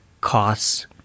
costs